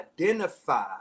identify